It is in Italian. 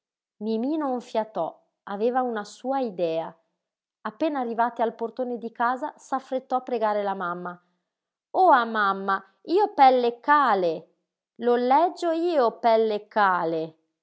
mimí non fiatò aveva una sua idea appena arrivate al portone di casa s'affrettò a pregare la mamma oa mamma io pelle ccale lo lleggio io pelle ccale